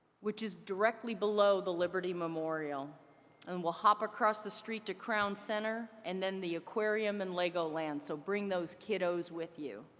which is directly below the liberty memorial and we'll hop across the street to crown center and the aquarium and lego land. so bring those kiddos with you.